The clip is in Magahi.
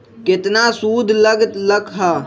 केतना सूद लग लक ह?